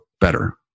better